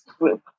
group